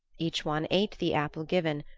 each one ate the apple given,